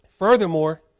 Furthermore